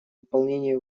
выполнении